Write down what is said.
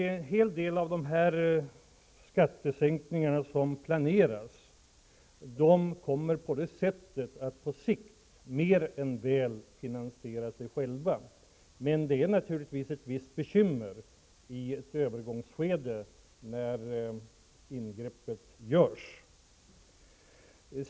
En hel del av de skattesänkningar som planeras kommer på detta sätt att på sikt mer än väl finansiera sig själva, men det är naturligtvis ett visst bekymmer i ett övergångsskede, när ingreppet görs.